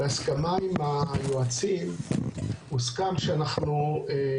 בהסכמה עם היועצים הוסכם שבמקום להביא קבלות,